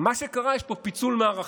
מה שקרה, יש פה פיצול מערכים,